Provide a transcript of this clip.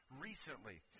recently